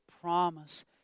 promise